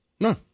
No